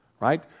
right